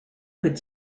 could